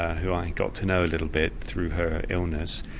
who i got to know a little bit through her illness.